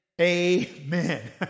Amen